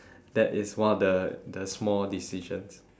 that is one of the the small decisions